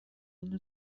una